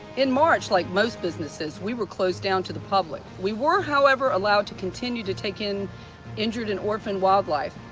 in march like most businesses we were closed down to the public, we were however allowed to continue to take in injured and orphaned wildlife,